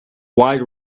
wide